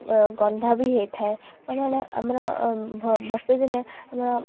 ଗନ୍ଧ ବି ହେଇଥାଏ କାରଣ ଆମର ବର୍ଷାଦିନେ ଆମ